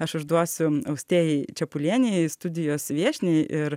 aš užduosiu austėjai čepulienei studijos viešniai ir